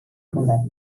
fundat